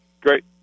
Great